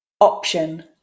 option